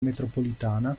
metropolitana